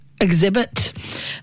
exhibit